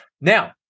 Now